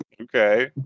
Okay